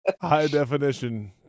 High-definition